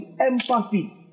empathy